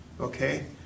Okay